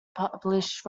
published